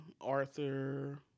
Arthur